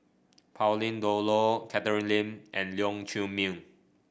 Pauline Dawn Loh Catherine Lim and Leong Chee Mun